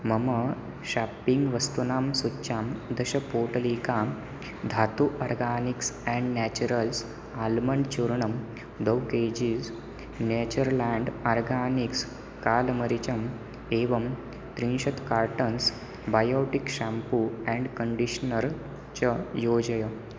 मम शाप्पिङ्ग् वस्तूनां सूच्यां दशपोटलीकाः Dhatu organics and naturals almond चूर्णं द्वौ केजीस् नेचर्लेण्ड् आर्गानिक्स् कालमरीचम् एवं त्रिंशत् cartons Biotique shampoo and conditioner च योजय